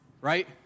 right